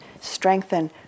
strengthen